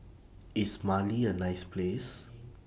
IS Mali A nice Place